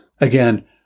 Again